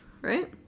right